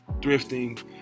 thrifting